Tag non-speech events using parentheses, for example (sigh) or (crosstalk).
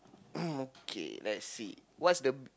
(coughs) okay let's see what's the